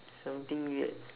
something weird